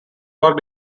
war